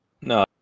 No